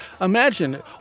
imagine